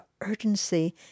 urgency